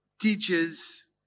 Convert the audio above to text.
teaches